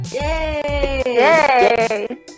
Yay